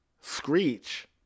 Screech